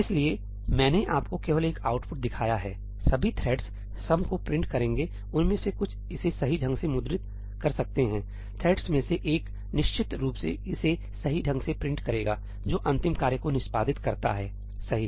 इसलिए मैंने आपको केवल एक आउटपुट दिखाया है सभी थ्रेड्स सम को प्रिंट करेंगे उनमें से कुछ इसे सही ढंग से मुद्रित कर सकते हैं थ्रेड्स में से एक निश्चित रूप से इसे सही ढंग से प्रिंट करेगा जो अंतिम कार्य को निष्पादित करता है सही